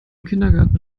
kindergarten